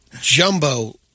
jumbo